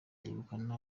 yegukana